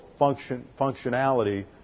functionality